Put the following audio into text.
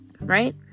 right